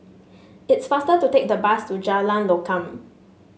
it's faster to take the bus to Jalan Lokam